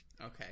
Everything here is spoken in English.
Okay